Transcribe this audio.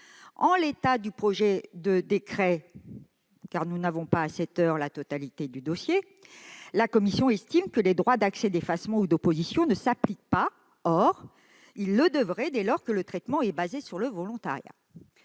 en l'état du projet de décret- car nous n'avons pas à cette heure la totalité du dossier-, la commission estime que les droits d'accès, d'effacement ou d'opposition ne s'appliquent pas. Or ils le devraient, dès lors que le traitement est basé sur le volontariat.